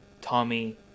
Tommy